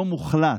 לא מוחלט,